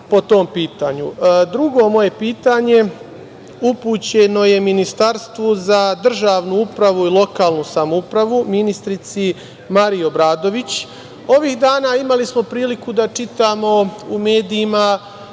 moje pitanje upućeno je Ministarstvu za državnu upravu i lokalnu samoupravu, ministarki Mariji Obradović. Ovih dana imali smo priliku da čitamo u medijima,